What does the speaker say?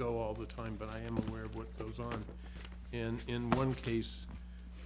go all the time but i am aware of what goes on in in one case